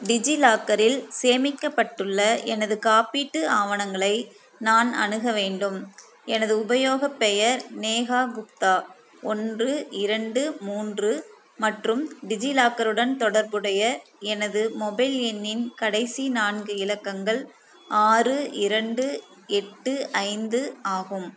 டிஜிலாக்கரில் சேமிக்கப்பட்டுள்ள எனது காப்பீட்டு ஆவணங்களை நான் அணுக வேண்டும் எனது உபயோகப் பெயர் நேஹா குப்தா ஒன்று இரண்டு மூன்று மற்றும் டிஜிலாக்கருடன் தொடர்புடைய எனது மொபைல் எண்ணின் கடைசி நான்கு இலக்கங்கள் ஆறு இரண்டு எட்டு ஐந்து ஆகும்